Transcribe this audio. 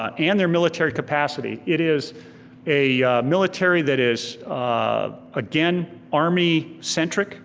ah and their military capacity. it is a military that is again, army-centric.